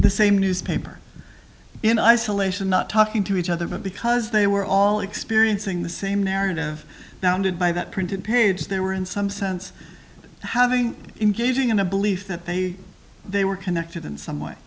the same newspaper in isolation not talking to each other because they were all experiencing the same narrative now ended by that printed page they were in some sense having engaging in a belief that they they were connected in some way